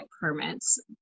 permits